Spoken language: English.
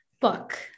book